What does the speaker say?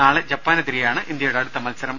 നാളെ ജപ്പാനെതിരെയാണ് ഇന്ത്യയുടെ അടുത്ത മത്സരം